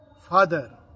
Father